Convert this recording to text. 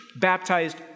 baptized